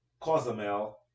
Cozumel